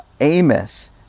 Amos